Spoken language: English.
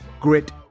grit